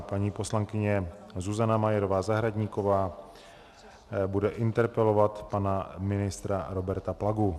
Paní poslankyně Zuzana Majerová Zahradníková bude interpelovat pana ministra Roberta Plagu.